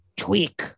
Tweak